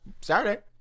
Saturday